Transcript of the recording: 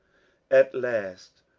at last,